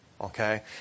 Okay